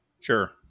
Sure